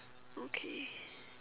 okay